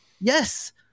Yes